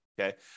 Okay